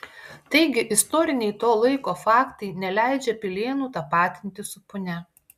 taigi istoriniai to laiko faktai neleidžia pilėnų tapatinti su punia